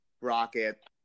Rocket